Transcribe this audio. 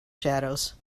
shadows